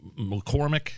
McCormick